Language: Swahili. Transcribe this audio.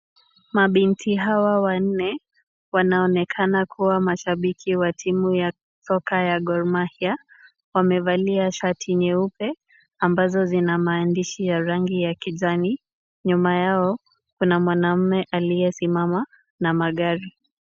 Mabinti hawa wanne wanaonekana kuwa mashabiki wa timu ya soka ya Gor Mahia. Wamevalia shati nyeupe ambazo zina maandishi ya rangi ya kijani. Nyuma yao kuna mwanaume aliyesimama na magari.